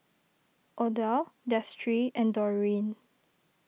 Odile Destry and Dorene